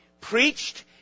preached